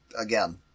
again